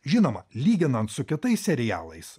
žinoma lyginant su kitais serialais